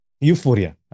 Euphoria